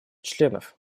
членов